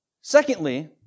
Secondly